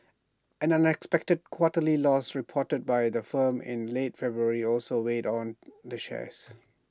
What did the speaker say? an unexpected quarterly loss reported by the firm in late February also weighed on the shares